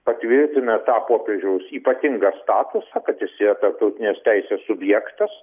patvirtina tą popiežiaus ypatingą statusą kad jis yra tarptautinės teisės subjektas